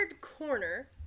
corner